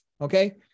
Okay